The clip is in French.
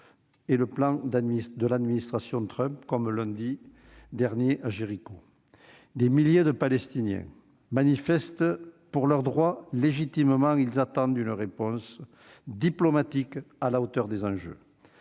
et le plan de l'administration Trump, comme lundi dernier à Jéricho. Des milliers de Palestiniens manifestent pour leurs droits. Légitimement, ils attendent une réponse diplomatique à la hauteur des enjeux.